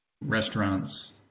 restaurants